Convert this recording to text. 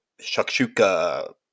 shakshuka